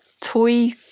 toy